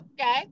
okay